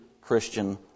Christian